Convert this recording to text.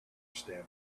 stamina